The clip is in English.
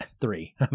three